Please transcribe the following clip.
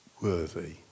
worthy